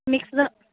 mix the